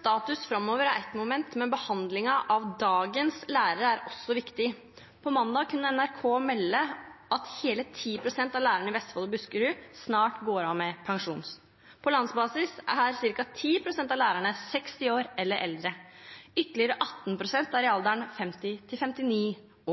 Status framover er ett moment, men behandlingen av dagens lærere er også viktig. På mandag kunne NRK melde at hele 10 pst. av lærerne i Vestfold og Buskerud snart går av med pensjon. På landsbasis er ca. 10 pst. av lærerne 60 år eller eldre. Ytterligere 18 pst. er i alderen 50–59